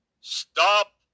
Stop